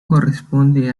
corresponde